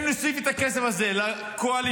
אם נוסיף את הכסף הזה לקואליציוני,